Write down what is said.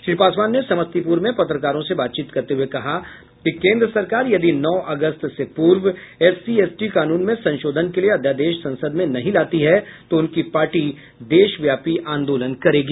श्री पासवान ने समस्तीपुर में पत्रकारों से बातचीत करते हुए कहा कि केंद्र सरकार यदि नौ अगस्त से पूर्व एससी एसटी कानून में संशोधन के लिए अध्यादेश संसद में नहीं लाती है तो उनकी पार्टी देशव्यापी आंदोलन करेगी